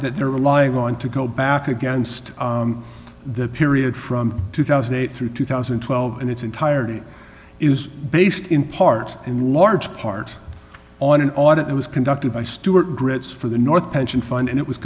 that they're relying on to go back against the period from two thousand and eight through two thousand and twelve and its entirety is based in part in large part on an audit was conducted by stuart grits for the north pension fund and it was